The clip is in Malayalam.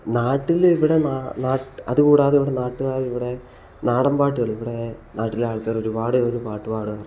നാട്ടിലിവിടെ നാട്ടിൽ അതു കൂടാതെ നാട്ടുകാർ ഇവിടെ നാടൻ പാട്ടുകൾ ഇവിടെ നാട്ടിലെ ആൾക്കാർ ഒരുപാട് പേർ പാട്ട് പാടാറുണ്ട്